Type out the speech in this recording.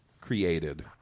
created